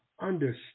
understand